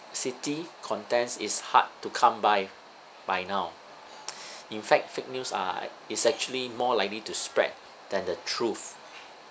city contents is hard to come by by now in fact fake news are is actually more likely to spread than the truth